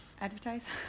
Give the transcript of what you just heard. advertise